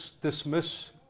dismiss